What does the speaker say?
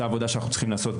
זו העבודה שאנחנו צריכים לעשות,